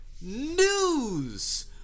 news